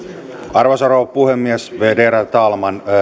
arvoisa rouva puhemies värderade talman